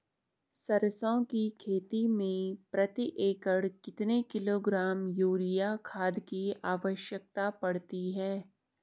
सरसों की खेती में प्रति एकड़ कितने किलोग्राम यूरिया खाद की आवश्यकता पड़ती है?